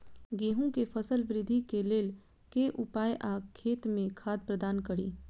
गेंहूँ केँ फसल वृद्धि केँ लेल केँ उपाय आ खेत मे खाद प्रदान कड़ी?